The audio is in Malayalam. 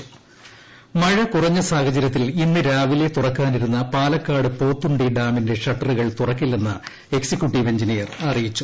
ഷട്ടർ തുറക്കില്ല മഴ കുറഞ്ഞ സാഹചര്യത്തിൽ ഇന്ന് രാവിലെ തുറക്കാനിരുന്ന പാലക്കാട് പോത്തുണ്ടി ഡാമിന്റെ ഷട്ടറുകൾ തുറക്കില്ലെന്ന് എക്സിക്യൂട്ടീവ് എഞ്ചിനീയർ അറിയിച്ചു